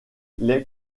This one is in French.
les